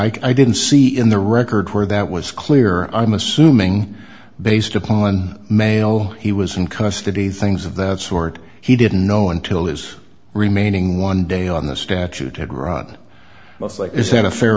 like i didn't see in the record where that was clear i'm assuming based upon male he was in custody things of that sort he didn't know until his remaining one day on the statute had run most like is that a fair